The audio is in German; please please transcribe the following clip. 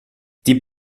die